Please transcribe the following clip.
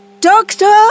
Doctor